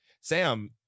sam